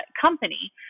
company